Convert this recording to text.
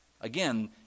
Again